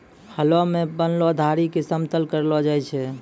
हलो सें बनलो धारी क समतल करलो जाय छै?